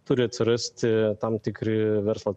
turi atsirasti tam tikri verslo